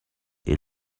est